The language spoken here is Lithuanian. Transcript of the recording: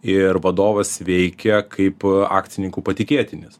ir vadovas veikia kaip akcininkų patikėtinis